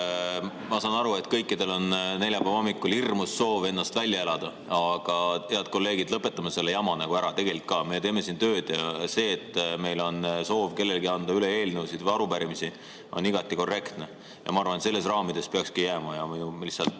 Ma saan aru, et kõikidel on neljapäeva hommikul hirmus soov ennast välja elada, aga, head kolleegid, lõpetame selle jama ära. Tegelikult ka. Me teeme siin tööd ja see, kui meist kellelgi on soov anda üle eelnõusid või arupärimisi, on igati korrektne. Ma arvan, et sellesse raami peakski jääma. Lihtsalt